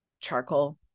charcoal